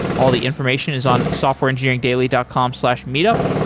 all the information is on softwareengineeringdaily dot com slash meetup.